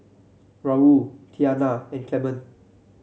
Raul Tianna and Clement